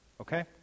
Okay